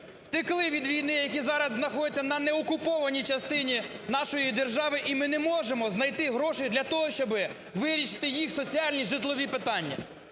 втекли від війни, які знаходяться на неокупованій частині нашої держави, і ми не можемо знайти грошей для того, щоби вирішити їх соціальні житлові питання.